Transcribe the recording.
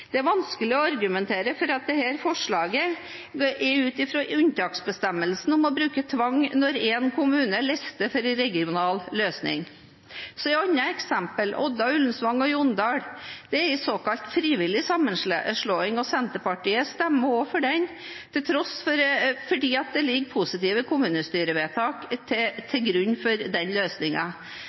Det er vanskelig å argumentere for dette forslaget ut fra unntaksbestemmelsen om å bruke tvang når en kommune låste for en regional løsning. Så til et annet eksempel: Odda, Ullensvang og Jondal. Det er en såkalt frivillig sammenslåing, og Senterpartiet stemmer også for den, fordi det ligger positive kommunestyrevedtak til grunn for den